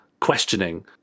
questioning